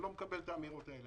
אני לא מקבל את האמירות האלה,